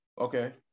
Okay